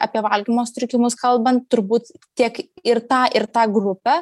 apie valgymo sutrikimus kalbant turbūt tiek ir tą ir tą grupę